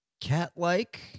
cat-like